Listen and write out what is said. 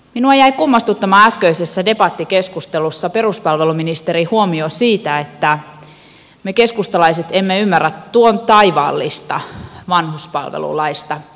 minua jäi kummastuttamaan äskeisessä debattikeskustelussa peruspalveluministerin huomio siitä että me keskustalaiset emme ymmärrä tuon taivaallista vanhuspalvelulaista